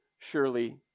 Surely